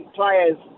players